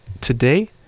today